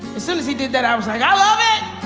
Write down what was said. as soon as he did that i was like, i love it,